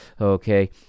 Okay